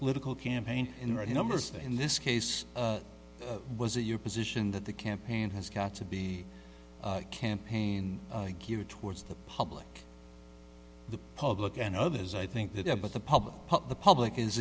political campaign in our numbers in this case was it your position that the campaign has got to be a campaign geared towards the public the public and others i think that about the public the public is